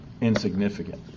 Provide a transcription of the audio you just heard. insignificant